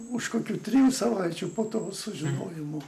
už kokių trijų savaičių po to sužinojimo